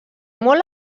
molt